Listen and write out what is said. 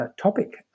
topic